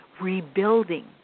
rebuilding